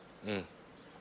mmhmm